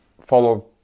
follow